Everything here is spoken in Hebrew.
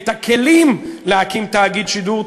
את הכלים להקים תאגיד שידור,